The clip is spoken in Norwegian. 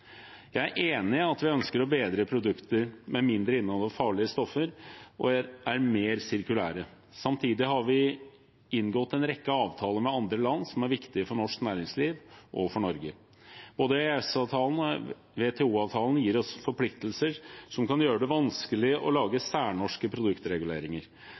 Jeg er enig i at vi ønsker bedre produkter med mindre innhold av farlige stoffer og som er mer sirkulære. Samtidig har vi inngått en rekke avtaler med andre land som er viktig for norsk næringsliv og for Norge. Både EØS-avtalen og WTO-avtalen gir oss forpliktelser som kan gjøre det vanskelig å lage særnorske produktreguleringer.